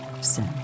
sin